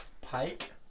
Pike